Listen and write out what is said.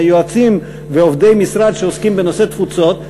ועם היועצים ועובדי המשרד שעוסקים בנושא התפוצות,